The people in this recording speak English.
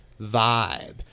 vibe